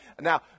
Now